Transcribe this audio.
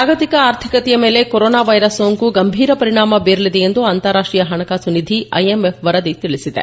ಜಾಗತಿಕ ಆರ್ಥಿಕತೆಯ ಮೇಲೆ ಕೊರೋನಾ ವೈರಸ್ ಸೋಂಕು ಗಂಭೀರ ಪರಿಣಾಮ ಬೀರಲಿದೆ ಎಂದು ಅಂತಾರಾಷ್ಟೀಯ ಹಣಕಾಸು ನಿಧಿ ಐಎಂಎಫ್ ವರದಿ ತಿಳಿಸಿದೆ